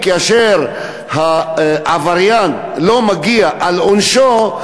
כאשר העבריין לא בא על עונשו,